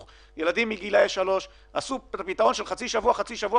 לילדים מגילאי שלוש עשו פתרון של חצי שבוע- חצי שבוע,